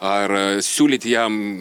ar siūlyt jam